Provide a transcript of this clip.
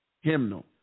hymnal